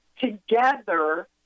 together